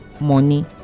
money